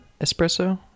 Espresso